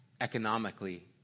economically